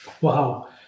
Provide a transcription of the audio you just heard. Wow